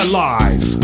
lies